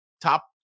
top